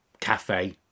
cafe